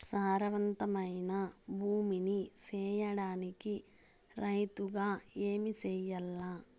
సారవంతమైన భూమి నీ సేయడానికి రైతుగా ఏమి చెయల్ల?